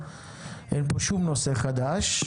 אין פה שום נושא חדש,